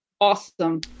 Awesome